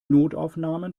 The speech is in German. notaufnahmen